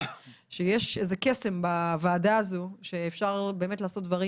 שיש איזה קסם בוועדה הזו שאפשר באמת לעשות דברים